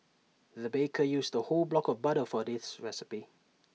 the baker used the whole block of butter for this recipe